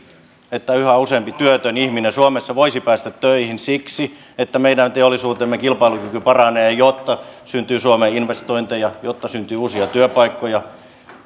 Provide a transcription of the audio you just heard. että yhä useampi työtön ihminen suomessa voisi päästä töihin siksi että meidän teollisuutemme kilpailukyky paranee jotta syntyy suomeen investointeja jotta syntyy uusia työpaikkoja